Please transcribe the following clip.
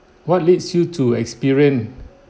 what leads you to experience